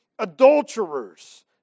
Adulterers